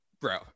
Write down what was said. bro